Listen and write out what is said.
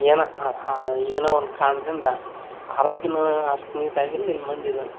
ಏನೋ ಏನೋ ಒಂದು ಕಾರಣದಿಂದ ಆರೋಗ್ಯವೂ ಅಷ್ಟು ನೀಟಾಗಿಲ್ಲ ಇಲ್ಲಿ ಮಂದಿದು